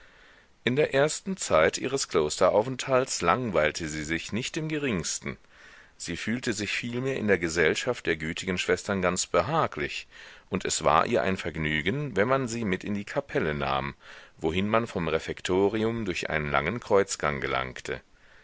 in der ersten zeit ihres klosteraufenthalts langweilte sie sich nicht im geringsten sie fühlte sich vielmehr in der gesellschaft der gütigen schwestern ganz behaglich und es war ihr ein vergnügen wenn man sie mit in die kapelle nahm wohin man vom refektorium durch einen langen kreuzgang gelangte